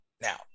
Now